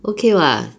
okay [what]